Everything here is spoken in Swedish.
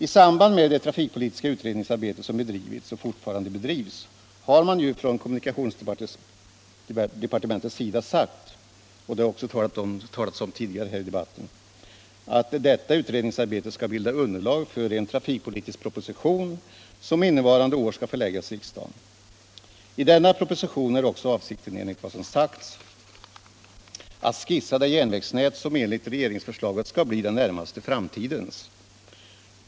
I samband med det trafikpolitiska utredningsarbete som bedrivits och fortfarande bedrivs har man från kommunikationsdepartementets sida sagt — och det har också nämnts tidigare i debatten — att detta utredningsarbete skall bilda underlag för en trafikpolitisk proposition, som innevarande år skall föreläggas riksdagen. I denna proposition är också avsikten, enligt vad som sagts, att skissa det järnvägsnät som enligt regeringsförslaget skall bli den närmaste framtidens.